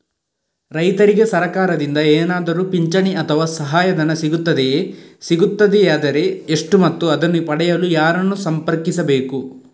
ರೈತರಿಗೆ ಸರಕಾರದಿಂದ ಏನಾದರೂ ಪಿಂಚಣಿ ಅಥವಾ ಸಹಾಯಧನ ಸಿಗುತ್ತದೆಯೇ, ಸಿಗುತ್ತದೆಯಾದರೆ ಎಷ್ಟು ಮತ್ತು ಅದನ್ನು ಪಡೆಯಲು ಯಾರನ್ನು ಸಂಪರ್ಕಿಸಬೇಕು?